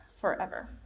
forever